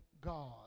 God